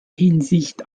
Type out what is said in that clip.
hinsicht